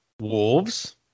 Wolves